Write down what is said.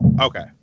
Okay